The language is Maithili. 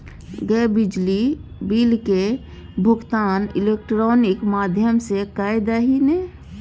गै बिजली बिलक भुगतान इलेक्ट्रॉनिक माध्यम सँ कए दही ने